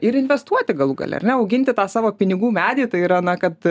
ir investuoti galų gale ar ne auginti tą savo pinigų medį tai yra na kad